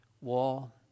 wall